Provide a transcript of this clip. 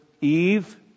Eve